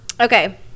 Okay